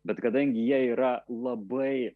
bet kadangi jie yra labai